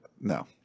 No